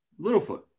Littlefoot